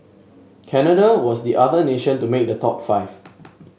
Canada was the other nation to make the top five